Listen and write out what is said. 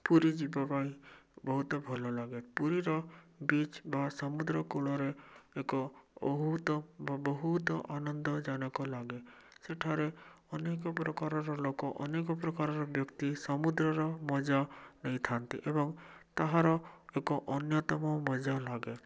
ପୁରୀ ଯିବାପାଇଁ ବହୁତ ଭଲ ଲାଗେ ପୁରୀର ବିଚ୍ ବା ସମୁଦ୍ର କୂଳରେ ଏକ ବହୁତ ବା ବହୁତ ଅନନ୍ଦଜନକ ଲାଗେ ସେଠାରେ ଅନେକପ୍ରକାରର ଲୋକ ଅନେକ ପ୍ରକାରର ବ୍ୟକ୍ତି ସମୁଦ୍ରର ମଜା ନେଇଥାନ୍ତି ଏବଂ ତାହାର ଏକ ଅନ୍ୟତମ ମଜା ଲାଗେ